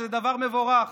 שזה דבר מבורך.